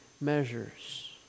measures